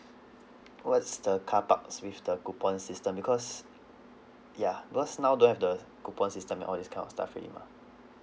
what's the car parks with the coupon system because ya because now don't have the coupon system and all this kind of stuff already mah